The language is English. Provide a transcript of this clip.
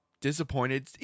disappointed